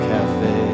Cafe